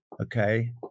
Okay